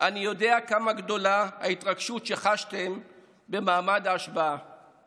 אני יודע כמה גדולה ההתרגשות שחשתם במעמד ההשבעה